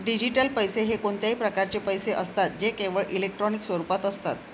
digital पैसे हे कोणत्याही प्रकारचे पैसे असतात जे केवळ इलेक्ट्रॉनिक स्वरूपात असतात